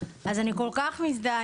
אז אני כל כך מזדהה,